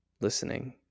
listening